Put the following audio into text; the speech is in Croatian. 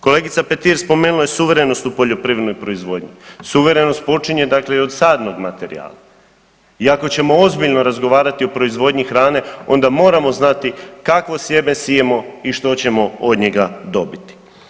Kolegica Petir spomenula je suverenost u poljoprivrednoj proizvodnji, suverenost počinje dakle i od sadnog materijala i ako ćemo ozbiljno razgovarati o proizvodnji hrane onda moramo znati kakvo sjeme sijemo i što ćemo od njega dobiti.